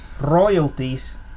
royalties